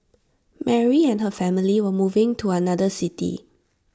Mary and her family were moving to another city